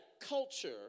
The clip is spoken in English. culture